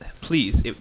please